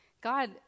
God